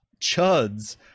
chuds